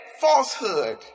falsehood